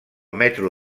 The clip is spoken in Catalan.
metro